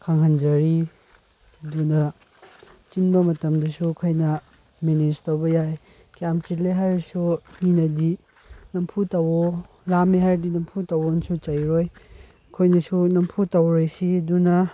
ꯈꯪꯍꯟꯖꯔꯤ ꯑꯗꯨꯅ ꯑꯆꯤꯟꯕ ꯃꯇꯝꯗꯁꯨ ꯑꯩꯈꯣꯏꯅ ꯃꯦꯅꯦꯖ ꯇꯧꯕ ꯌꯥꯏ ꯀꯌꯥꯝ ꯆꯤꯜꯂꯦ ꯍꯥꯏꯔꯁꯨ ꯃꯤꯅꯗꯤ ꯅꯝꯐꯨ ꯇꯧꯋꯣ ꯂꯥꯝꯃꯦ ꯍꯥꯏꯔꯗꯤ ꯅꯝꯐꯨ ꯇꯧꯋꯣꯅꯁꯨ ꯆꯩꯔꯣꯏ ꯑꯩꯈꯣꯏꯅꯁꯨ ꯅꯝꯐꯨ ꯇꯧꯔꯣꯏꯁꯤ ꯑꯗꯨꯅ